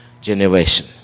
generation